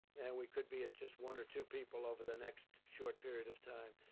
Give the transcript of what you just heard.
and we could be at just one or two people over the next short period of time.